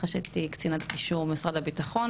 אחרי שהייתי קצינת קישור במשרד הביטחון,